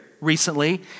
recently